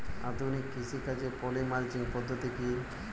আধুনিক কৃষিকাজে poly mulching পদ্ধতি কি?